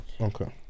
Okay